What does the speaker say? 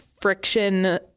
friction